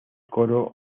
coro